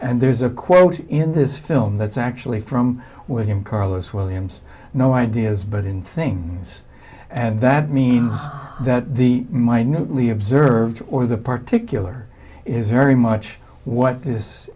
and there's a quote in this film that's actually from william carlos williams no ideas but in things and that means that the minute we observed or the particularly is very much what